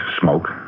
smoke